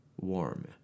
warm